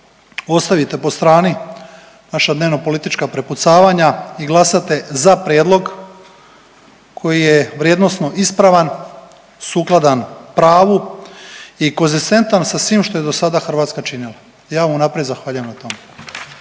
ostavite po strani naša dnevnopolitička prepucavanja i glasate za prijedlog koji je vrijednosno ispravan, sukladan pravu i konzistentan sa svim što je dosada Hrvatska činila, ja vam unaprijed zahvaljujem na tome.